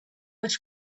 was